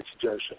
suggestion